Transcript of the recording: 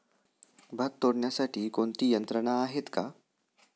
भात तोडण्यासाठी कोणती यंत्रणा आहेत का?